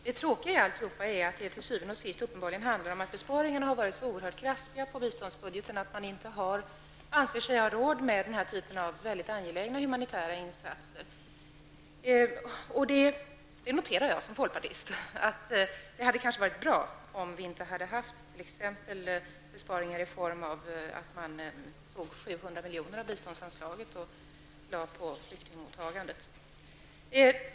Herr talman! Det tråkiga i allt är att det til syvende og sidst uppenbarligen handlar om att besparingarna på biståndsbudgeten har varit så kraftiga att man inte anser sig ha råd med denna typ av angelägna humanitära insatser. Det noterar jag som folkpartist. Det hade kanske varit bra om det inte hade skett besparingar i form av att 700 miljoner av biståndsanslaget har lagts på flyktingmottagandet.